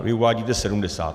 Vy uvádíte 70.